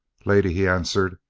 lady, he answered,